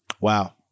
Wow